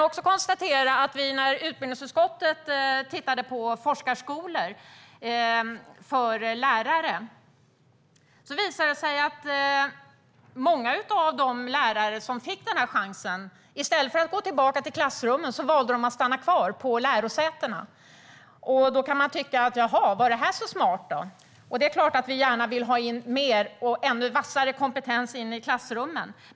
Jag konstaterar också att när utbildningsutskottet tittade på forskarskolor för lärare visade det sig att många av de lärare som fick chansen i stället för att gå tillbaka till klassrummen valde att stanna kvar på lärosätena. Då kan man undra om det var så smart. Det är klart att vi gärna vill ha in mer och ännu vassare kompetens i klassrummen.